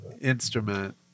instrument